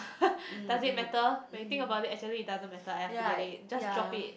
does it matter when you think about it actually it doesn't matter !aiya! forget it just drop it